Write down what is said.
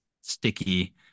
sticky